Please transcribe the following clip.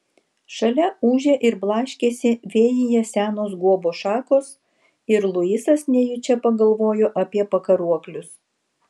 šalia ūžė ir blaškėsi vėjyje senos guobos šakos ir luisas nejučia pagalvojo apie pakaruoklius